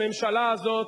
הממשלה הזאת